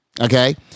Okay